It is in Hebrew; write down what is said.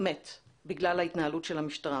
מת בגלל ההתנהלות של המשטרה.